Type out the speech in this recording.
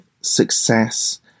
success